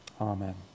Amen